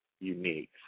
unique